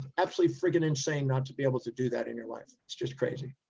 absolutely freaking insane. not to be able to do that in your life. it's just crazy.